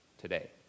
today